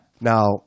Now